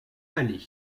aller